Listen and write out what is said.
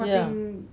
yeah